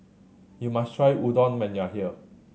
you must try Udon when you are here